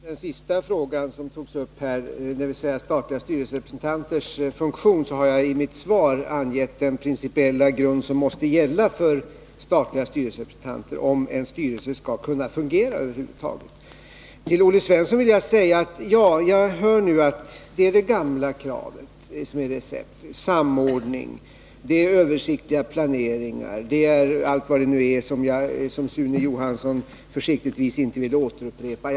Herr talman! Beträffande den sista frågan som togs upp, dvs. statliga styrelserepresentanters funktion, har jag i mitt svar angett den principiella grund som måste gälla för statliga styrelserepresentanter, om en styrelse över huvud taget skall kunna fungera. Olle Svensson, jag hör nu att receptet är det gamla kravet: samordning, översiktliga planeringar och allt vad det nu är. Sune Johansson ville försiktigtvis inte upprepa det.